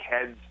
heads